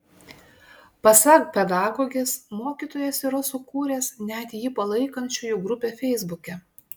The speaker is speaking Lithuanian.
pasak pedagogės mokytojas yra sukūręs net jį palaikančiųjų grupę feisbuke